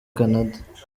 canada